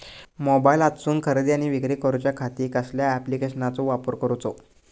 मोबाईलातसून खरेदी आणि विक्री करूच्या खाती कसल्या ॲप्लिकेशनाचो वापर करूचो?